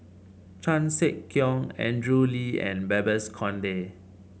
Chan Sek Keong Andrew Lee and Babes Conde